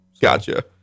Gotcha